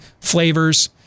flavors